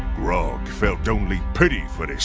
grog felt only pity for